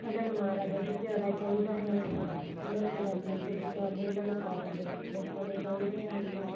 ਉਹਨਾਂ ਨੂੰ ਮਾਂ ਦਾ ਦੁੱਧ ਪਿਆਉਣਾ ਚਾਹੀਦਾ ਹੈ ਉਹਨਾਂ ਨੂੰ ਗਰਮੀ ਤੋਂ ਬਚਾਉਣ ਲਈ ਉਹਨਾਂ ਦੇ ਕੋਟਨ ਦੇ ਕੱਪੜੇ ਪਾਉਣੇ ਚਾਹੀਦੇ ਹਨ